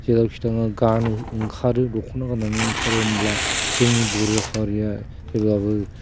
जेरावखि थाङा गानो ओंखारो दख'ना गाननानै ओंखारो होमब्ला जोंनि बर' हारिया जेब्लाबो